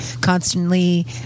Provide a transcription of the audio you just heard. constantly